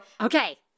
okay